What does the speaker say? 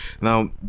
now